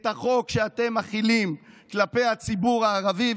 את החוק שאתם מחילים כלפי הציבור הערבי,